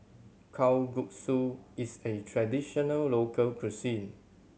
kalguksu is a traditional local cuisine